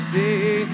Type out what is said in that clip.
day